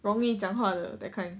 容易讲话的 that kind